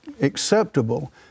acceptable